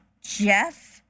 Jeff